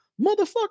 Motherfucker